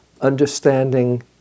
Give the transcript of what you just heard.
understanding